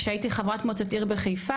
כשהייתי חברת מועצת עיר בחיפה,